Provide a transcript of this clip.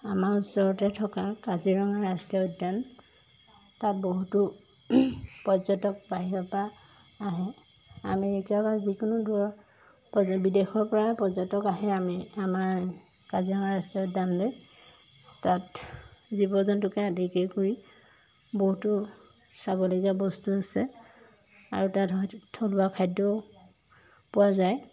আমাৰ ওচৰতে থকা কাজিৰঙা ৰাষ্ট্ৰীয় উদ্যান তাত বহুতো পৰ্যটক বাহিৰৰ পৰা আহে আমেৰিকা বা যিকোনো দূৰৰ বিদেশৰ পৰা পৰ্যটক আহে আমি আমাৰ কাজিৰঙা ৰাষ্ট্ৰীয় উদ্যানলৈ তাত জীৱ জন্তুকে আদিকে কৰি বহুতো চাবলগীয়া বস্তু আছে আৰু তাত হয়তো থলুৱা খাদ্যও পোৱা যায়